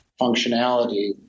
functionality